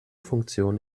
funktion